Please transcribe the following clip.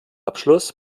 abschluss